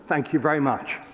thank you very much.